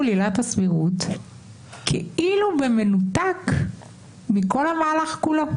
עילת הסבירות כאילו במנותק מכל המהלך כולו.